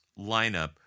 lineup